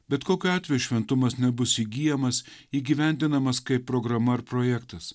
bet kokiu atveju šventumas nebus įgyjamas įgyvendinamas kaip programa ar projektas